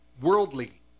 worldly